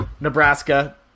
Nebraska